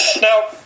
Now